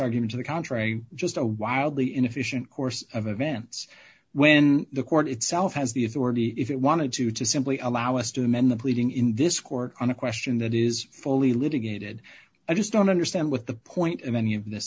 argument to the contrary just a wildly inefficient course of events when the court itself has the authority if it wanted to to simply allow us to amend the pleading in this court on a question that is fully litigated i just don't understand what the point of any of this